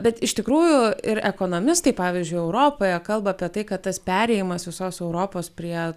bet iš tikrųjų ir ekonomistai pavyzdžiui europoje kalba apie tai kad tas perėjimas visos europos prie